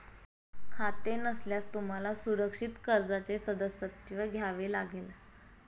खाते नसल्यास तुम्हाला सुरक्षित कर्जाचे सदस्यत्व घ्यावे लागेल